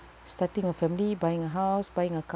starting a family buying a house buying a car